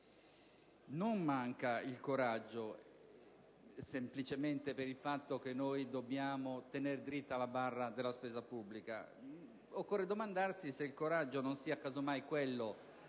non manca il coraggio semplicemente per il fatto che dobbiamo tenere dritta la barra della spesa pubblica. Occorre domandarsi se il coraggio sia quello